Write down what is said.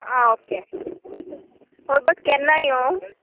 आं ओके हय बट केन्ना योंव